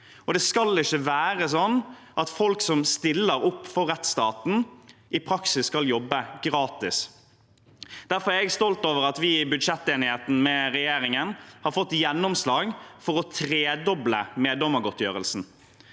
Det skal ikke være sånn at folk som stiller opp for rettsstaten, i praksis skal jobbe gratis. Derfor er jeg stolt over at vi i budsjettenigheten med regjeringen har fått gjennomslag for å tredoble meddommergodtgjørelsen.